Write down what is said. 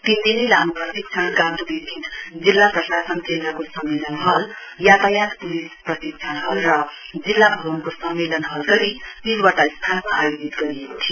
तीन दिने लामो प्रशिक्षण गान्तोक स्थित जिल्ला प्रशासन केन्द्रको सम्मेलन हल यातायात पुलिस प्रशिक्षण हल र जिल्ला भवनको सम्मेलन हल गरी तीनवटा स्थानमा आयोजित गरिएको थियो